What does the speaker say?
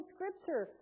Scripture